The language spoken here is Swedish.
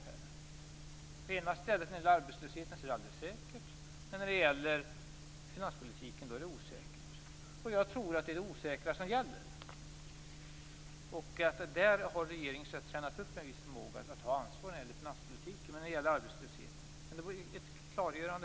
När man talar om arbetslösheten är det alldeles säkert, men när det gäller finanspolitiken är det osäkert. Jag tror att det är det osäkra som gäller. Regeringen har tränat upp en viss förmåga att ta ansvar när det gäller finanspolitiken, däremot inte när det gäller arbetslösheten. Det vore bra att få ett klargörande.